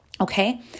Okay